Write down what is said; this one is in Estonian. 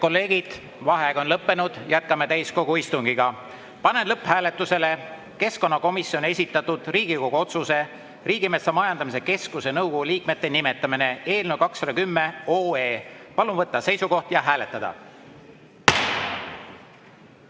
kolleegid! Vaheaeg on lõppenud, jätkame täiskogu istungit. Panen lõpphääletusele keskkonnakomisjoni esitatud Riigikogu otsuse "Riigimetsa Majandamise Keskuse nõukogu liikmete nimetamine" eelnõu 210. Palun võtta seisukoht ja hääletada!